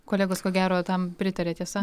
kolegos ko gero tam pritaria tiesa